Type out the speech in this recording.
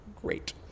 great